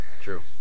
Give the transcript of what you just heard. true